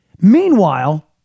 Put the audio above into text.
Meanwhile